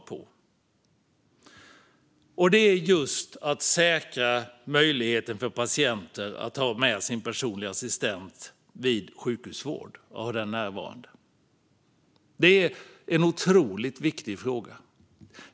Det handlar om att säkra möjligheten för patienter att ha med sin personliga assistent vid sjukhusvård. Detta är en otroligt viktig fråga.